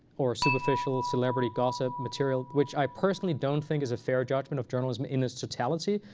or superficial celebrity gossip material, which i personally don't think is a fair judgment of journalism in its totality.